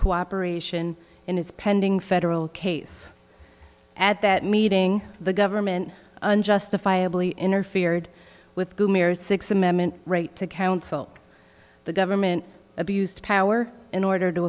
cooperation in his pending federal case at that meeting the government and justifiably interfered with to me or sixth amendment right to counsel the government abused power in order to